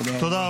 תודה רבה.